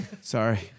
Sorry